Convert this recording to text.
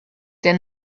der